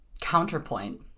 counterpoint